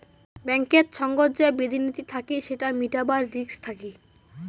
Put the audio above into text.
ব্যাঙ্কেত সঙ্গত যে বিধি নীতি থাকি সেটা মিটাবার রিস্ক থাকি